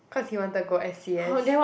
cause he wanted to go s_c_s